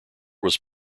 was